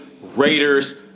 Raiders